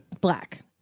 Black